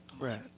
Right